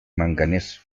manganeso